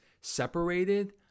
separated